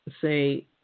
say